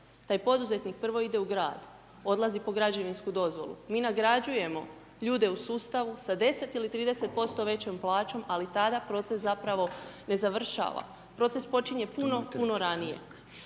Taj poduzetnik prvo ide u grad, odlazi po građevinsku dozvolu, mi na nagrađujemo ljude u sustavu sa 10 ili 30% većom plaćom, ali tada proces zapravo ne završava. Proces počinje puno, puno ranije.